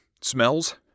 smells